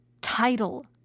title